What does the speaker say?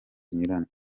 zinyuranye